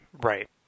Right